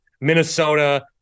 Minnesota